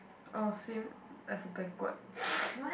oh same as a banquet